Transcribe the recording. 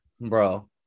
bro